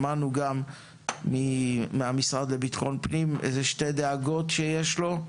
שמענו מהמשרד לביטחון פנים שתי דאגות שיש לו,